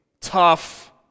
tough